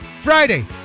Friday